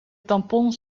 tampons